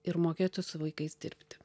ir mokėtų su vaikais dirbti